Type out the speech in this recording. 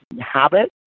habit